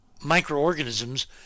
microorganisms